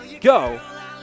go